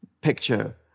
picture